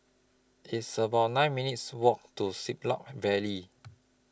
It's about nine minutes' Walk to Siglap Valley